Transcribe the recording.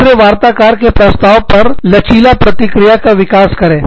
दूसरे वार्ताकार के प्रस्ताव का लचीला प्रतिक्रिया का विकास करें